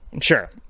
Sure